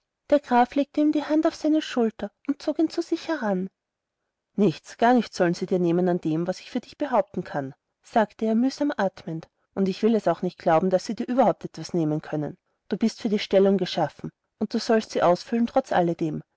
der graf legte die hand auf seine schulter und zog ihn zu sich heran nichts gar nichts sollen sie dir nehmen von dem was ich für dich behaupten kann sagte er mühsam atmend und ich will es nicht glauben daß sie dir überhaupt etwas nehmen können du bist für die stellung geschaffen und du sollst sie ausfüllen trotz alledem